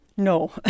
No